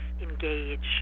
engage